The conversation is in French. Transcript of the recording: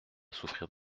souffrir